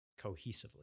cohesively